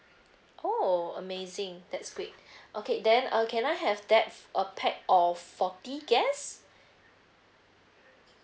oh amazing that's great okay then uh can I have that a pack of forty guest